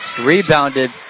Rebounded